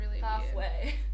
halfway